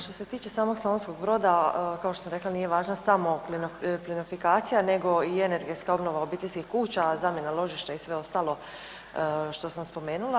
Što se tiče samog Slavonskog Broda kao što sam rekla nije važna samo plinofikacija nego i energetska obnova obiteljskih kuća, zamjena ložišta i sve ostalo što sam spomenula.